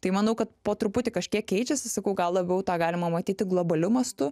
tai manau kad po truputį kažkiek keičiasi sakau gal labiau tą galima matyti globaliu mastu